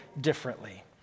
differently